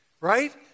right